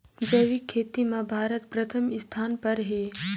जैविक खेती म भारत प्रथम स्थान पर हे